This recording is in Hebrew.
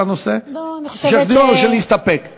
או שנסתפק?